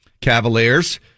Cavaliers